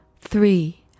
three